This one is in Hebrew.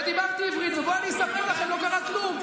ודיברתי עברית, ובואו אני אספר לכם, לא קרה כלום.